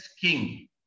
king